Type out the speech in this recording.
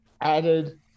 added